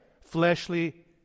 Fleshly